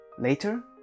later